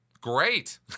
great